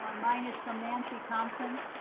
um mine is from nancy thompson.